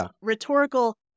rhetorical